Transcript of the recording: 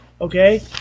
Okay